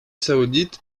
saoudite